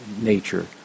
nature